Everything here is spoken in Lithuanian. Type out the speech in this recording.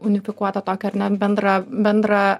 unifikuota tokią ar ne bendrą bendrą